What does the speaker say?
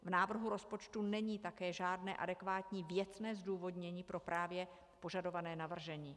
V návrhu rozpočtu není také žádné adekvátní věcné zdůvodnění pro právě požadované navržení.